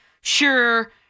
sure